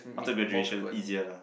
after graduation easier lah